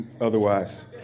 otherwise